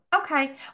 okay